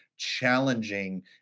challenging